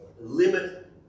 limit